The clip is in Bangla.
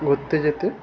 ঘুরতে যেতে